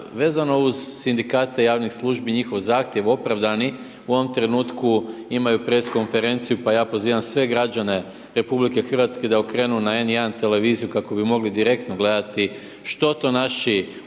vezano uz sindikate javnih službi i njihov zahtjev opravdani u ovom trenutku imaju press konferenciju pa ja pozivam sve građane RH da okrenu na N1 televiziju kako bi mogli direktno gledati što to naši učitelji,